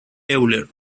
euler